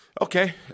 Okay